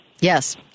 Yes